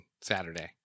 Saturday